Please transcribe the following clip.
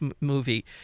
movie